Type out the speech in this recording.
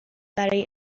برای